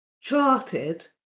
charted